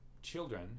Children